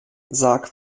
sag